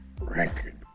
record